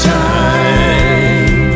time